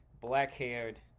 black-haired